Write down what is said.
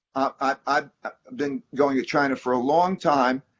i've been going to china for a long time,